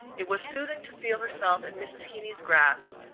it was soothing to feel herself in mrs. heeny's grasp,